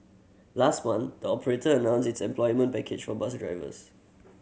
last month the operator announced its employment package for bus drivers